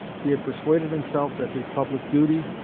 he had persuaded himself that his public duty,